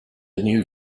new